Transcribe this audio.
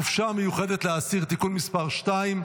(חופשה מיוחדת לאסיר) (תיקון מס' 2),